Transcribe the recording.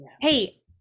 hey